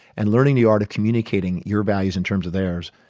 and learning the art of communicating your values in terms of theirs,